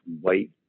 white